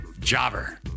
Jobber